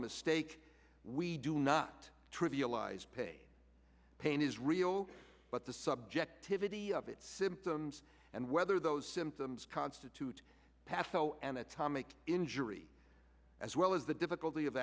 mistake we do not trivialize pe pain is real but the subjectivity of its symptoms and whether those symptoms constitute paso anatomic injury as well as the difficulty of